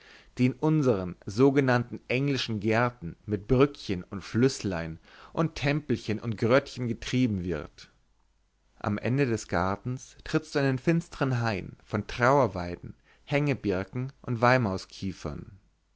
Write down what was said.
die in unsern sogenannten englischen gärten mit brückchen und flüßlein und tempelchen und gröttchen getrieben wird am ende des gartens trittst du in einen finstern hain von trauerweiden hängebirken und